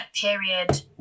period